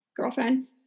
girlfriend